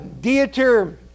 Dieter